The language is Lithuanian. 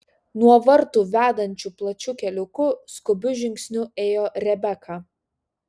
nuo vartų vedančiu plačiu keliuku skubiu žingsniu ėjo rebeka